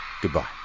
goodbye